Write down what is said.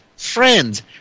Friends